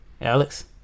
alex